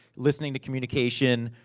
listening to communication,